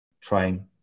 trying